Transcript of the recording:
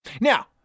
Now